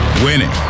Winning